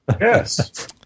yes